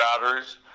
batteries